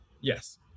yes